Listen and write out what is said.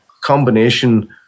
combination